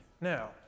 now